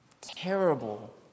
terrible